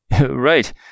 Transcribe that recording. Right